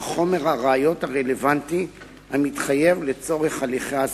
חומר הראיות הרלוונטי המתחייב לצורך הליכי ההסגרה,